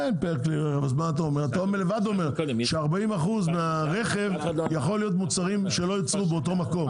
אתה בעצמך אומר ש-40% מהרכב יכול להיות מוצרים שלא יוצרו באותו מקום.